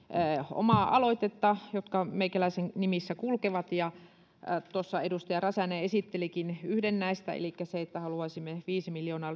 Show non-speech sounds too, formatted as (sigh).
omaa aloitetta jotka meikäläisen nimissä kulkevat tuossa edustaja räsänen esittelikin yhden näistä elikkä sen että haluaisimme viisi miljoonaa (unintelligible)